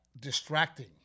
distracting